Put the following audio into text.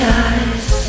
eyes